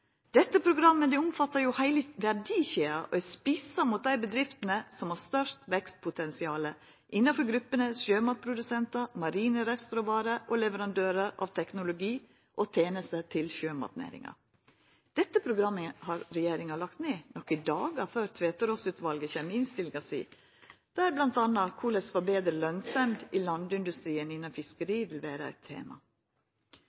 Dette programmet omfattar heile verdikjeda og er spissa mot dei bedriftene som har størst vekstpotensial innanfor gruppene sjømatprodusentar, marine restråvarer og leverandørar av teknologi og tenester til sjømatnæringa. Dette programmet har regjeringa lagt ned, nokre dagar før Tveterås-utvalet kjem med innstillinga si, der bl.a. korleis ein skal få betre lønsemd i landindustrien innan fiskeri,